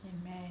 amen